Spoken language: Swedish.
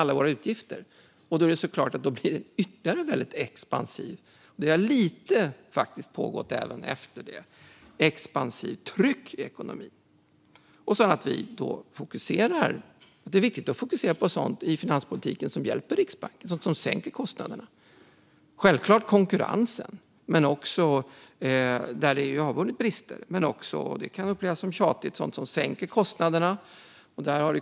Då blir politiken ännu mer expansiv, och ett expansivt tryck i ekonomin har fortsatt att pågå. Det är viktigt att fokusera på sådant i finanspolitiken som hjälper Riksbanken att sänka kostnaderna. Det gäller självklart konkurrensen, och det gäller också sådant som kan sänka kostnaderna.